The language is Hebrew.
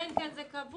אלא אם כן זה קבוע.